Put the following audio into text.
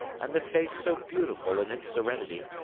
and the face so beautiful in its serenity,